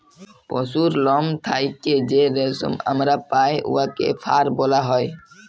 পশুর লম থ্যাইকে যে রেশম আমরা পাই উয়াকে ফার ব্যলা হ্যয়